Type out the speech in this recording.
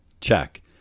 Check